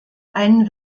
einen